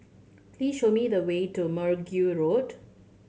please show me the way to Mergui Road